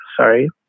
sorry